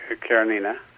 karenina